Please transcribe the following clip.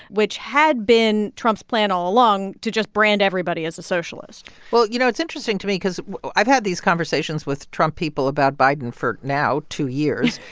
which had been trump's plan all along to just brand everybody as a socialist well, you know, it's interesting to me cause i've had these conversations with trump people about biden for now two years.